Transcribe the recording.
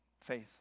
faith